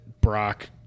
Brock